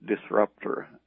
disruptor